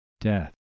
Death